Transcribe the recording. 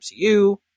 MCU